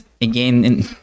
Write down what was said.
again